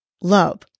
love